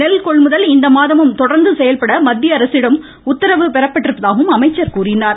நெல்கொள்முதல் இம்மாதமும் தொடர்ந்து செயல்பட மத்தியஅரசிடம் உத்தரவு பெறப்பட்டிருப்பதாக கூறினார்